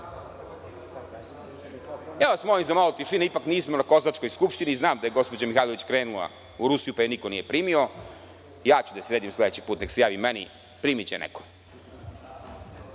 Ja vas molim za malo tišine, ipak nismo na kozačkoj skupštini. Znam da je gospođa Mihajlović krenula u Rusiju, pa je niko nije primio. Ja ću da joj sredim sledeći put. Neka se javi meni, primiće je neko.